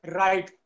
right